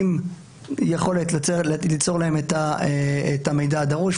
עם יכולת ליצור להם את המידע הדרוש,